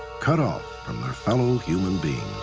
cut off from their fellow human beings?